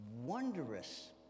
wondrous